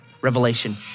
revelation